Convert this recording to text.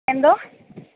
എന്തോ